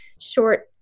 short